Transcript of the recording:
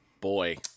Boy